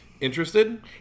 Interested